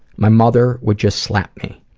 my mother would just slap me.